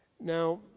Now